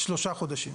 שלושה חודשים.